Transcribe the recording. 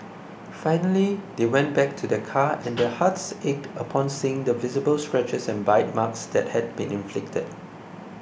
finally they went back to their car and their hearts ached upon seeing the visible scratches and bite marks that had been inflicted